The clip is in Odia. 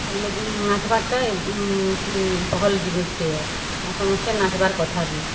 ଆଉ ଲୋକ୍ ନାଚ୍ବାର୍ଟା ଭଲ୍ ଜିନିଷ୍ଟେ ଏ ଆଉ ସମସ୍ତେ ନାଚ୍ବାର୍ କଥା ବି